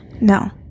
no